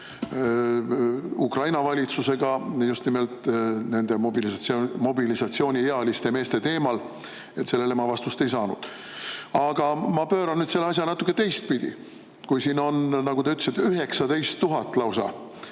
Ukraina valitsusega just nimelt mobilisatsiooniealiste meeste teemal. Sellele ma vastust ei saanud. Aga ma pööran selle asja natuke teistpidi. Siin on, nagu te ütlesite, lausa